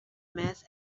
mass